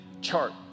chart